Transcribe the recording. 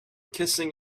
kissing